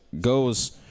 goes